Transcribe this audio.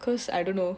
cause I don't know